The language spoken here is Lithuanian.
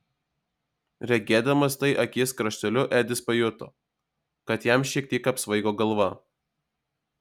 regėdamas tai akies krašteliu edis pajuto kad jam šiek tiek apsvaigo galva